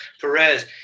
Perez